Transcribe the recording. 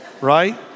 right